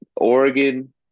Oregon